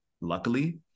luckily